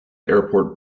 airport